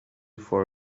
for